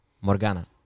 Morgana